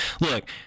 Look